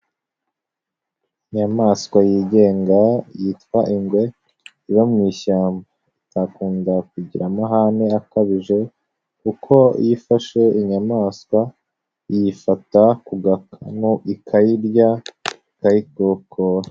Inyamaswa yigenga yitwa ingwe iba mu ishyamba. Igakunda kugira amahane akabije kuko yifashe inyamaswa iyifata ku gakanuu ikayirya ikayikokora.